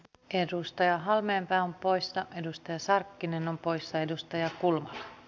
edustaja halmeenpää on poistaa edustaja sarkkinen on poissa paikkaa valittaessa